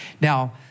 Now